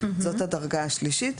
זאת הדרגה השלישית.